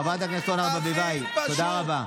חברת הכנסת פרידמן, תודה רבה.